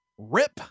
Rip